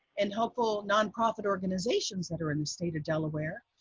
and helpful non-profit organizations that are in the state of delaware,